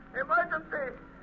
Emergency